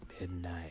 Midnight